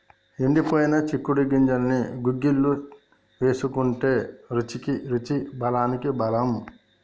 ఎండిపోయిన చిక్కుడు గింజల్ని గుగ్గిళ్లు వేసుకుంటే రుచికి రుచి బలానికి బలం